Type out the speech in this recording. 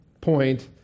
point